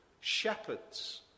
Shepherds